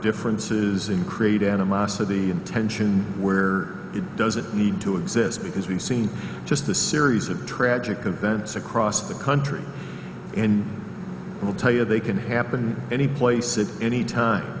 differences in create animosity and tension where it doesn't need to exist because we've seen just a series of tragic events across the country and i will tell you they can happen in any place in any time